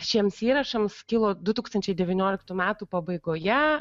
šiems įrašams kilo du tūkstančiai devynioliktų metų pabaigoje